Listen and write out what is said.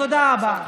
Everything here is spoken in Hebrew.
תודה רבה.